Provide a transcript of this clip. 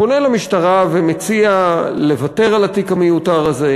פונה למשטרה ומציע לוותר על התיק המיותר הזה,